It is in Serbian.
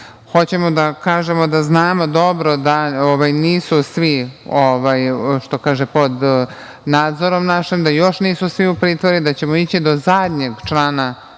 hoćemo da kažemo da znamo dobro da nisu svi pod nadzorom našim, da još nisu svi u pritvoru i da ćemo ići do zadnjeg člana